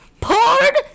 poured